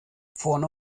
vorne